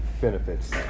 benefits